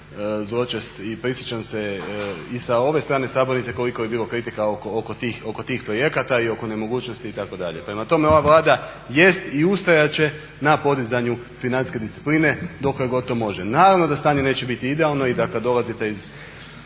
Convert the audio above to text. zločest i prisjećam se i sa ove strane sabornice koliko je bilo kritika oko tih projekata i oko nemogućnosti itd. Prema tome, ova Vlada jest i ustrajat će na podizanju financijske discipline dokle god to može. Naravno da stanje neće biti idealno i da kad dolazite iz